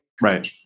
Right